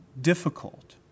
difficult